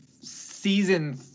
season